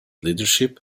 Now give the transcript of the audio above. leadership